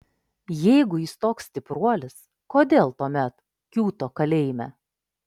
jeigu jis toks stipruolis kodėl tuomet kiūto kalėjime